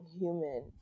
human